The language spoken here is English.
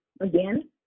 Again